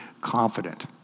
confident